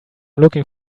looking